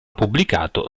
pubblicato